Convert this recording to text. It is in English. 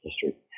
history